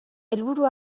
helburu